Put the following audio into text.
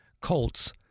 Colts